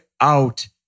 out